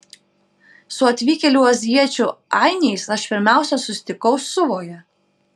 su atvykėlių azijiečių ainiais aš pirmiausia susitikau suvoje